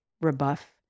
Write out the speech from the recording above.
rebuff